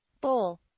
bowl